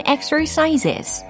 Exercises